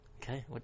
Okay